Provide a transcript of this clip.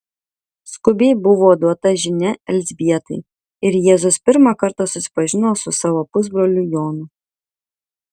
skubiai buvo duota žinia elzbietai ir jėzus pirmą kartą susipažino su savo pusbroliu jonu